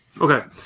Okay